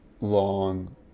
long